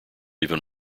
even